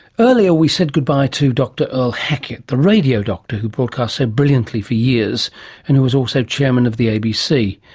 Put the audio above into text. earlier we said goodbye to dr earle hackett, the radio doctor who broadcast so brilliantly for years and who was also chairman of the abc.